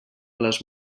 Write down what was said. les